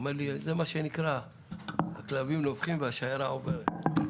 הוא אומר לי: זה מה שנקרא הכלבים נובחים והשיירה עוברת.